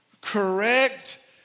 correct